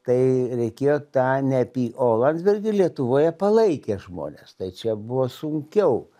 tai reikėjo tą neapy o landsbergį lietuvoje palaikė žmonės tai čia buvo sunkiau